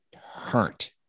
hurt